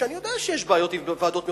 אני יודע שיש בעיות בוועדות מחוזיות,